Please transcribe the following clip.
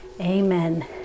amen